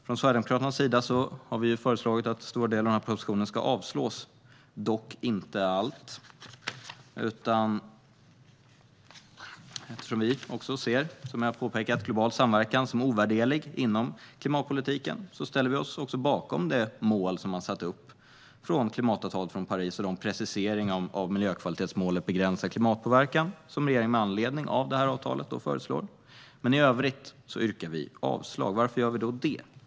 Från Sverigedemokraternas sida har vi föreslagit att stora delar av propositionen ska avslås. Det gäller dock inte allt. Eftersom Sverigedemokraterna, vilket jag har påpekat, ser global samverkan som ovärderlig inom klimatpolitiken ställer vi oss bakom det mål som man har satt upp i anslutning till klimatavtalet i Paris och de preciseringar av miljökvalitetsmålet Begränsad klimatpåverkan som regeringen med anledning av detta avtal föreslår. I övrigt yrkar vi avslag på förslaget i propositionen. Varför gör vi då det?